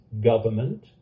government